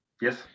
Yes